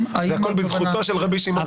זה הכול בזכותו של רבי שמעון בר-יוחאי.